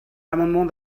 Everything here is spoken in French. amendement